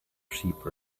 sheep